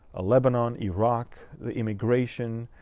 ah lebanon, iraq, the immigration,